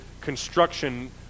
construction